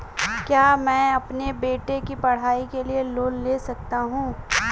क्या मैं अपने बेटे की पढ़ाई के लिए लोंन ले सकता हूं?